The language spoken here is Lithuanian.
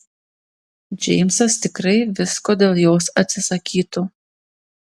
džeimsas tikrai visko dėl jos atsisakytų